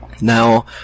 Now